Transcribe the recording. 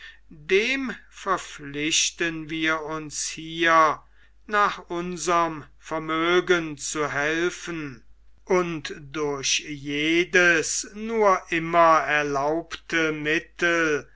dem verpflichten wir uns hier nach unserm vermögen zu helfen und durch jedes nur immer erlaubte mittel